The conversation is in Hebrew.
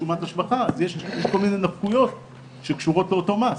בסוף סעיף 27(ב) יש מילים שאומרות 'ימומנו מאוצר המדינה'.